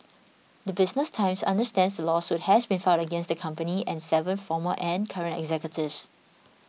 the Business Times understands the lawsuit has been filed against the company and seven former and current executives